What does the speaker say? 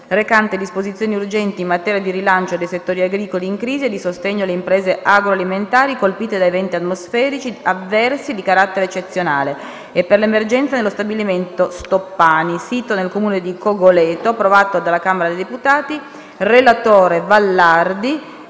recante disposizioni urgenti in materia di rilancio dei settori agricoli in crisi e di sostegno alle imprese agroalimentari colpite da eventi atmosferici avversi di carattere eccezionale e per l'emergenza nello stabilimento Stoppani, sito nel Comune di Cogoleto" (1249) (presentato in data